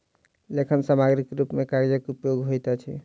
लेखन सामग्रीक रूप मे कागजक उपयोग होइत अछि